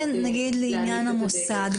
זה, נגיד, לעניין המוסד.